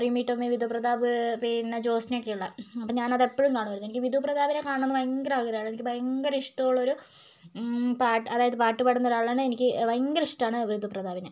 റിമി ടോമി വിധുപ്രതാപ് പിന്നെ ജ്യോത്സനയൊക്കെ ഉള്ള അപ്പം ഞാനത് എപ്പഴും കാണുമായിരുന്നു എനിക്ക് വിധുപ്രതാപിനെ കാണണമെന്ന് എനിക്ക് ഭയങ്കര ആഗ്രഹമാണ് എനിക്ക് ഭയങ്കര ഇഷ്ടമുള്ളൊരു പാട്ട അതായത് പാട്ടുപാടുന്ന ഒരാളാണ് എനിക്ക് ഭയങ്കര ഇഷ്ടമാണ് വിധുപ്രതാപിനെ